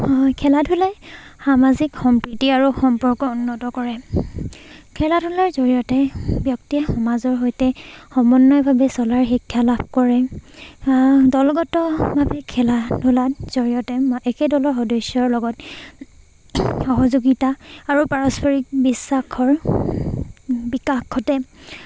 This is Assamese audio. খেলা ধূলাই সামাজিক সম্প্ৰীতি আৰু সম্পৰ্ক উন্নত কৰে খেলা ধূলাৰ জৰিয়তে ব্যক্তিয়ে সমাজৰ সৈতে সমন্বয়ভাৱে চলাৰ শিক্ষা লাভ কৰে দলগতভাৱে খেলা ধূলাৰ জৰিয়তে একে দলৰ সদস্যৰ লগত সহযোগিতা আৰু পাৰস্পৰিক বিশ্বাসৰ বিকাশ ঘটে